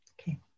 Okay